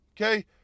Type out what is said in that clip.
Okay